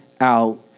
out